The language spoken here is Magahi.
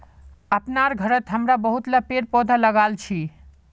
अपनार घरत हमरा बहुतला पेड़ पौधा लगाल छि